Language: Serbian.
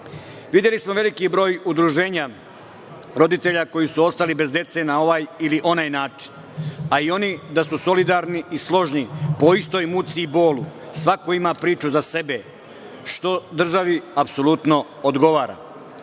smo veliki broj udruženja roditelja koji su ostali bez dece na ovaj ili onaj način, a i oni da su solidarni i složni po istoj muci i bolu, svako ima priču za sebe, što državi apsolutno odgovara. Poslužiću